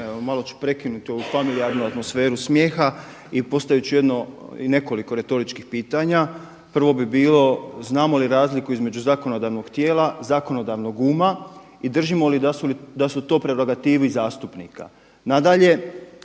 malo ću prekinuti ovu familijarnu atmosferu smijeha i postaviti ću jedno, i nekoliko retoričkih pitanja. Prvo bi bilo znamo li razliku između zakonodavnog tijela, zakonodavnog uma i držimo li da su to …/Govornik se ne razumije./… zastupnika. Nadalje,